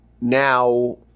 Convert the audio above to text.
now